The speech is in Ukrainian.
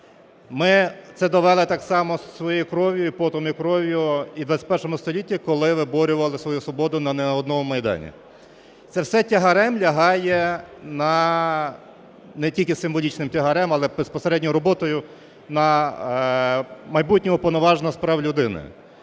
Ми це довели так само своєю кров'ю, потом і кров'ю, і в ХХІ столітті, коли виборювали свою свободу не на одному майдані. Це все тягарем лягає на… не тільки символічним тягарем, але безпосередньо роботою на майбутнього Уповноваженого з прав людини.